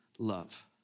love